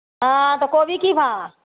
हँ तऽ कोबी की भाव